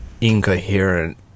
incoherent